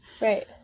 Right